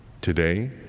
today